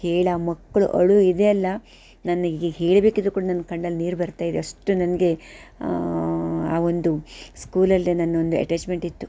ಹೇಳಿ ಆ ಮಕ್ಕಳು ಅಳು ಇದೆ ಅಲ್ಲ ನನಗೆ ಈಗ ಹೇಳಬೇಕಿದ್ರೂ ಕೂಡ ನನ್ನ ಕಣ್ಣಲ್ಲಿ ನೀರು ಬರ್ತಾ ಇದೆ ಅಷ್ಟು ನನಗೆ ಆ ಒಂದು ಸ್ಕೂಲಲ್ಲಿ ನನ್ನೊಂದು ಅಟ್ಯಾಚ್ಮೆಂಟ್ ಇತ್ತು